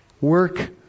work